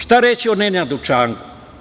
Šta reći o Nenadu Čanku?